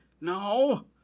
No